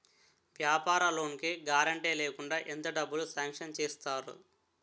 వ్యాపార లోన్ కి గారంటే లేకుండా ఎంత డబ్బులు సాంక్షన్ చేస్తారు?